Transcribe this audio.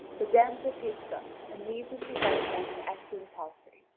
the damsel takes them, and leads in her right hand an excellent palfrey.